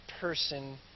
person